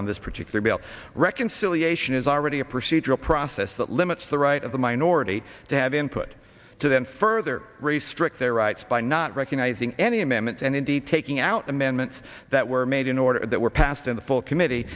on this particular bill reconciliation is already a procedural process that limits the right of the minority to have input to then further restrict their rights by not recognizing any amendments and indeed taking out amendments that were made in order that were passed in the full committee